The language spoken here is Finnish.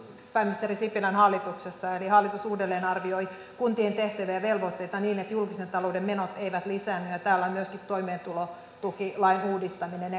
pääministeri sipilän hallitusohjelman kirjauksesta eli hallitus uudelleenarvioi kuntien tehtäviä ja velvoitteita niin että julkisen talouden menot eivät lisäänny täällä on myöskin toimeentulotukilain uudistaminen